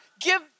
give